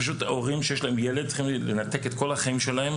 הורים שיש להם ילד צריכים לנתק את כל החיים שלהם,